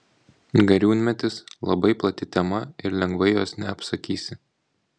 gariūnmetis labai plati tema ir lengvai jos neapsakysi